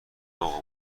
اقا